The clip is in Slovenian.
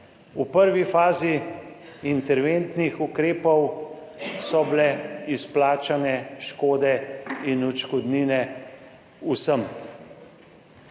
V prvi fazi interventnih ukrepov so bile izplačane škode in odškodnine vsem.